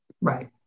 Right